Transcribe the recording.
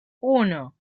uno